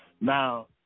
Now